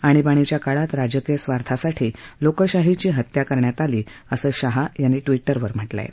आणीबाणीच्या काळात राजकीय स्वार्थासाठी लोकशाहीची हत्या करण्यात आली असं शहा यांनी विजेवर म्ह मिं आहे